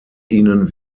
ihnen